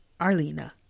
Arlena